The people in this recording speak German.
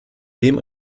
dem